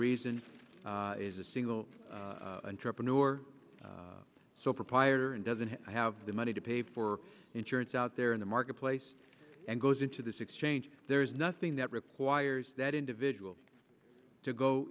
reason is a single intrapreneur or sole proprietor and doesn't have the money to pay for insurance out there in the marketplace and goes into this exchange there is nothing that requires that individuals to go